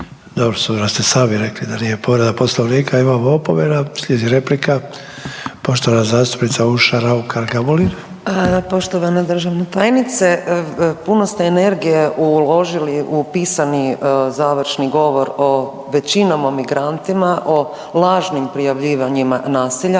obzirom da ste sami rekli da nije povreda Poslovnika imamo opomenu. Slijedi replika. Poštovana zastupnica Urša Raukar Gamulin. **Raukar-Gamulin, Urša (Možemo!)** Poštovana državna tajnice, puno ste energije uložili u pisani završni govor o većinom o migrantima, o lažnim prijavljivanjima nasilja.